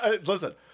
Listen